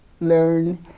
learn